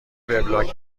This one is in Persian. وبلاگ